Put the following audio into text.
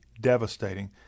devastating